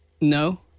No